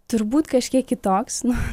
turbūt kažkiek kitoks na